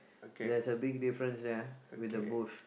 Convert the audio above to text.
there's a big difference ah with the bush